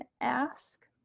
ask